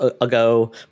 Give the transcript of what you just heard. ago